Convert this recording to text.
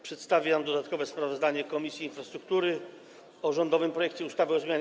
Przedstawiam dodatkowe sprawozdanie Komisji Infrastruktury o rządowym projekcie ustawy o zmianie